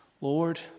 Lord